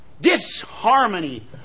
disharmony